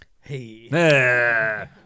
Hey